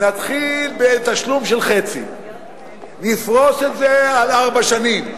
נתחיל בתשלום של חצי, נפרוס את זה על ארבע שנים.